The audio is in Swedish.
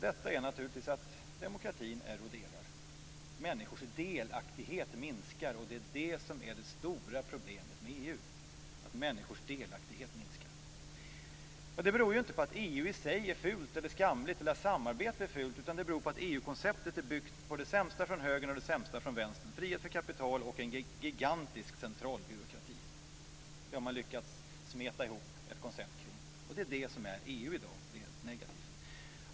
Detta innebär naturligtvis att demokratin eroderar. Människors delaktighet minskar. Det är det som är det stora problemet med EU. Detta beror inte på att EU i sig är fult, skamligt eller att samarbete är fult. Det beror på att EU konceptet är byggt på det sämsta från högern och det sämsta från vänstern - frihet för kapital och en gigantisk centralbyråkrati. Detta har man lyckats smeta ihop ett koncept kring. Det är det som är EU i dag, och det är negativt.